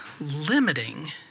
limiting